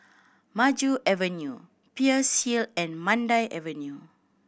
Maju Avenue Peirce Hill and Mandai Avenue